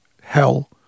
hell